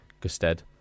Gusted